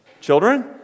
children